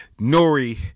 Nori